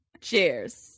Cheers